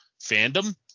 fandom